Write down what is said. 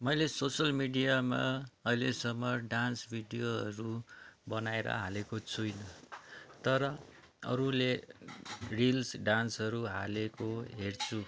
मैले सोसियल मिडियामा अहिलेसम्म डान्स भिडियोहरू बनाएर हालेको छुइनँ तर अरूले रिल्स डान्सहरू हालेको हेर्छु